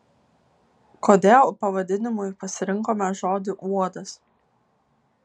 kodėl pavadinimui pasirinkome žodį uodas